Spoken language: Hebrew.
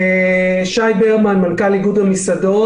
אני מנכ"ל איגוד המסעדות.